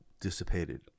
dissipated